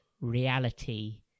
reality